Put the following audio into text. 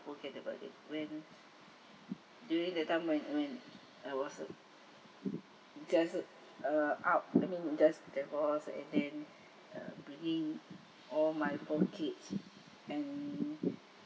forget about it when during that time when when I was a just uh uh out I mean just divorce and then uh bringing all my own kids and